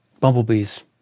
Bumblebees